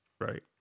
right